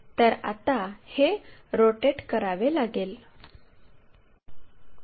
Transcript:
तर आता हे रोटेट करावे लागेल